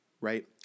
right